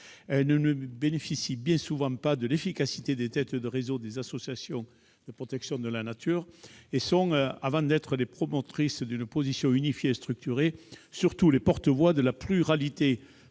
qui ne bénéficient souvent pas de l'efficacité des têtes de réseau des associations de protection de la nature. Plus que des promotrices de positions unifiées et structurées, elles sont les porte-voix de la pluralité